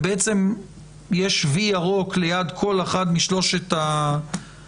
ובעצם יש "וי" ירוק ליד כל אחד משלושת המבחנים,